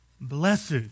Blessed